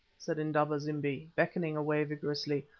said indaba-zimbi, beckoning away vigorously.